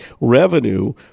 revenue